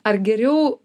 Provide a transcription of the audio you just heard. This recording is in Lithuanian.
ar geriau